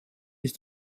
ist